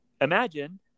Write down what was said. imagine